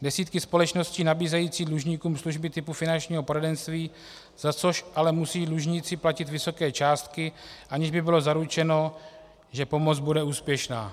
Desítky společností nabízejí dlužníkům služby typu finančního poradenství, za což ale musí dlužníci platit vysoké částky, aniž by bylo zaručeno, že pomoc bude úspěšná.